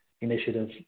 initiative